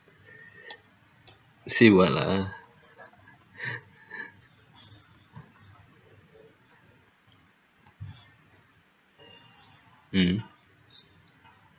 say what lah uh mm